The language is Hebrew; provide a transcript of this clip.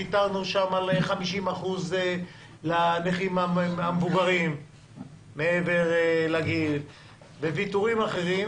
ויתרנו שם על 50% לנכים המבוגרים מעבר לגיל וויתורים אחרים,